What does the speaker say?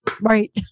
right